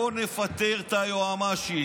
בוא נפטר את היועמ"שית,